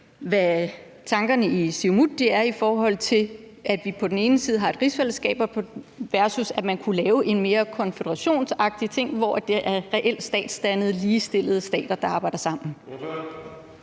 hvad tankerne i Siumut er i forhold til at have et rigsfællesskab versus at lave en mere konføderationsagtig ting, hvor det er reelt statsdannede og ligestillede stater, der arbejder sammen.